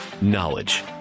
knowledge